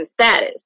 status